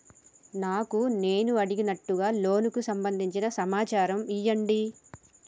నాకు నేను అడిగినట్టుగా లోనుకు సంబందించిన సమాచారం ఇయ్యండి?